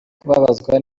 kubabazwa